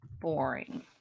boring